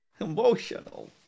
Emotional